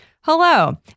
Hello